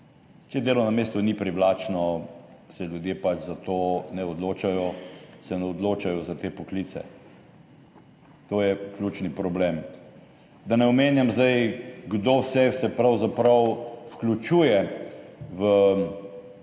Če delovno mesto ni privlačno, se ljudje pač za to ne odločajo, se ne odločajo za te poklice. To je ključni problem. Da ne omenjam zdaj, kdo vse se pravzaprav vključuje v